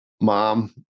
mom